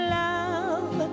love